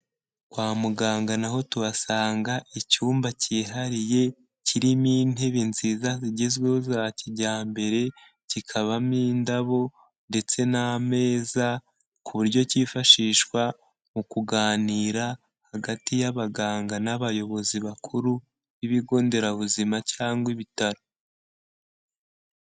Kwa muganga naho tuhasanga icyumba cyihariye kirimo intebe nziza zigezweho za kijyambere, kikabamo indabo ndetse n'ameza ku buryo kifashishwa mu kuganira hagati y'abaganga n'abayobozi bakuru b'ibigo nderabuzima cyangwa ibitaro.